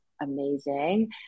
amazing